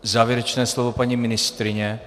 Závěrečné slovo paní ministryně?